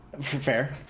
Fair